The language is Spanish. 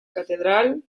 catedral